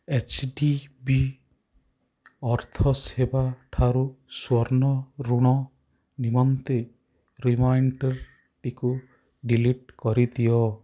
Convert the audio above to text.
H D B ଅର୍ଥ ସେବାଠାରୁ ସ୍ଵର୍ଣ୍ଣ ଋଣ ନିମନ୍ତେ ରିମାଇଣ୍ଡର୍ଟିକୁ ଡିଲିଟ୍ କରିଦିଅ